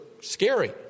scary